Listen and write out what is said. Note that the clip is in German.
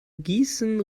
gießen